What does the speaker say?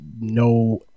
no